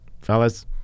fellas